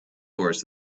horse